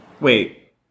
Wait